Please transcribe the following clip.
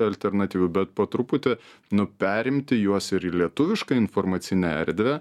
alternatyvių bet po truputį nu perimti juos ir į lietuvišką informacinę erdvę